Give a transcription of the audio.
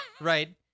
right